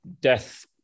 death